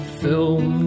film